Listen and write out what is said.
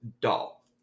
doll